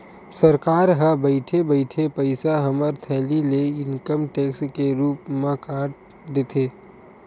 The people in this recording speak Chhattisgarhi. सरकार ह बइठे बइठे पइसा हमर थैली ले इनकम टेक्स के रुप म काट देथे